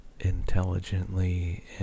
intelligently